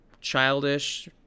childish